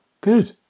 Good